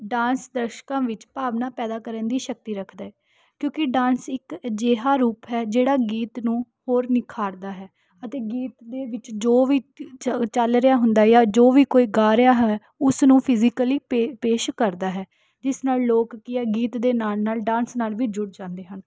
dance ਦਰਸ਼ਕਾਂ ਵਿੱਚ ਭਾਵਨਾ ਪੈਦਾ ਕਰਨ ਦੀ ਸ਼ਕਤੀ ਰੱਖਦਾ ਹੈ ਕਿਉਂਕਿ ਡਾਂਸ ਇੱਕ ਅਜਿਹਾ ਰੂਪ ਹੈ ਜਿਹੜਾ ਗੀਤ ਨੂੰ ਹੋਰ ਨਿਖਾਰਦਾ ਹੈ ਅਤੇ ਗੀਤ ਦੇ ਵਿੱਚ ਜੋ ਵੀ ਚੱਲ ਚੱਲ ਰਿਹਾ ਹੁੰਦਾ ਜਾਂ ਜੋ ਵੀ ਕੋਈ ਗਾ ਰਿਹਾ ਹੈ ਉਸ ਨੂੰ ਫੀਜ਼ੀਕਲੀ ਪੇ ਪੇਸ਼ ਕਰਦਾ ਹੈ ਜਿਸ ਨਾਲ ਲੋਕ ਕੀ ਹੈ ਗੀਤ ਦੇ ਨਾਲ ਨਾਲ ਡਾਂਸ ਨਾਲ ਵੀ ਜੁੜ ਜਾਂਦੇ ਹਨ